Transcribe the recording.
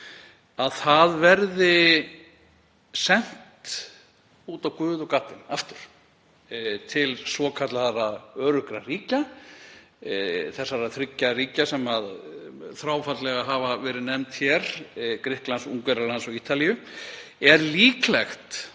verði sent út á guð og gaddinn aftur til svokallaðra öruggra ríkja, þeirra þriggja ríkja sem þráfaldlega hafa verið nefnd hér; Grikklands, Ungverjalands og Ítalíu? Er líklegt